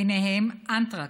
ובהן אנטרקס,